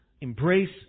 embrace